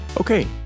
Okay